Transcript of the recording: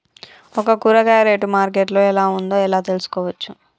ఒక కూరగాయ rate market లో ఎలా ఉందో ఎలా తెలుసుకోవచ్చు?